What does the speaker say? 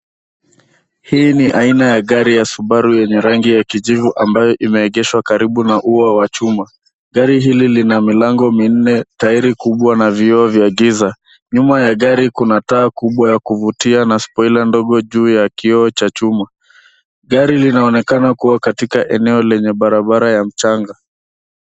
Hii ni aina ya gari ya subaru yenye rangi ya kijivu ambayo imeegeshwa karibu na ua wa chuma. gari hili lina milango minne, tairi kubwa na vioo vya giza. Nyuma ya gari kuna taa kubwa ya kuvutia na spoiler ndogo juu ya kioo cha chuma. Gari linaonekana kuwa katika eneo lenye barabara ya mchanga.